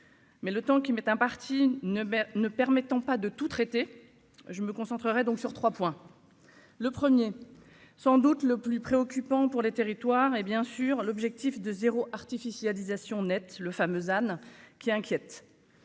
Mais le temps qui m'est imparti ne ne permettant pas de tout traité, je me concentrerai donc sur 3 points : le 1er, sans doute le plus préoccupant pour les territoires et bien sûr l'objectif de 0 artificialisation nette le fameux Anne qui inquiète